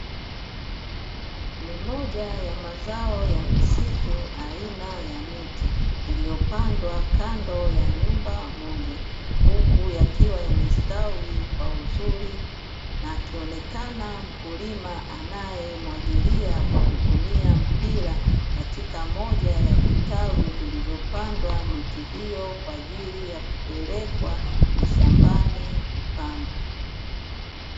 Ni moja ya mazao ya misitu aina ya miti, iliyopandwa kando ya nyumba moja huku yakiwa yamestawi kwa uzuri, akionekana mkulima anayemwagilia kwa kutumia mpira katika moja ya vitalu vilivyopandwa miti hiyo kwa ajili ya kupelekwa mashambani kupandwa.